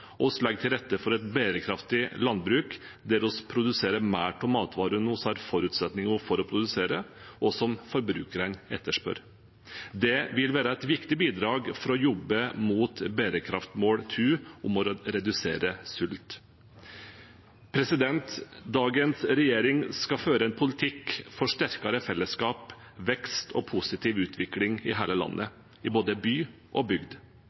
til rette for et bærekraftig landbruk der vi produserer mer av matvarene vi har forutsetninger for å produsere, og som forbrukerne etterspør. Det vil være et viktig bidrag for å jobbe mot bærekraftsmål nr. 2, om å redusere sult. Dagens regjering skal føre en politikk for sterkere fellesskap, vekst og positiv utvikling i hele landet, i både by og bygd.